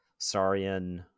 sarian